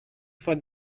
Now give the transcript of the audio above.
for